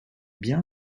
bien